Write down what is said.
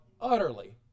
utterly